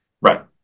Right